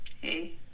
Hey